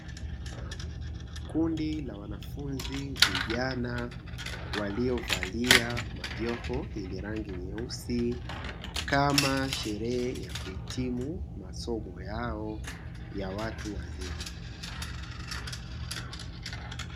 Kundi la wanfunzi vijana waliovalia majoho yenye rangi nyeusi kama sherehe ya kuhitimu masomo yao ya watu wazima.